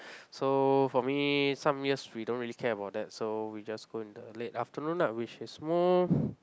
so for me some years we don't really care about that so we just go in the late afternoon lah which is more